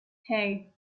hey